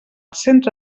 centre